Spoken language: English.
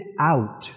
out